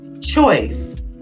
choice